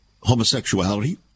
homosexuality